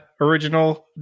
original